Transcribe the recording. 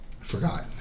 forgot